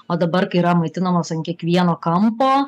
o dabar kai yra maitinamos ant kiekvieno kampo